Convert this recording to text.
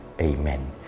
Amen